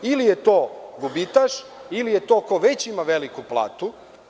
Ili je to gubitaš ili je to ko već ima veliku platu.